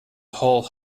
whole